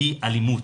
היא אלימות.